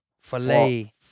Filet